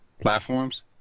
platforms